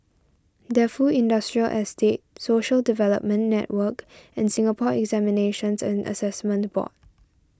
Defu Industrial Estate Social Development Network and Singapore Examinations and Assessment Board